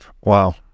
Wow